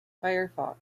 firefox